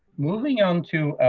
moving on to